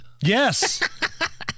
Yes